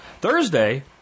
Thursday